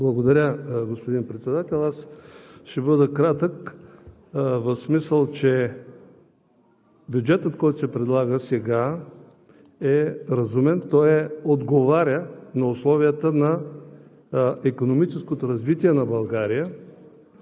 Благодаря, господин Председател. Аз ще бъда кратък в смисъл, че бюджетът, който се предлага сега, е разумен. Той отговаря на условията на икономическото развитие на България